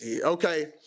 Okay